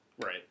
Right